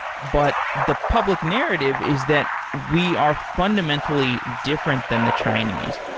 but the public narrative is that we are fundamentally different than the chinese.